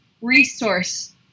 resource